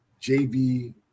JV